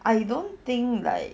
I don't think like